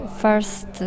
First